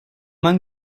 man